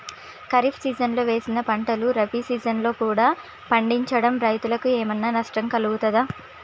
ఖరీఫ్ సీజన్లో వేసిన పంటలు రబీ సీజన్లో కూడా పండించడం రైతులకు ఏమైనా నష్టం కలుగుతదా?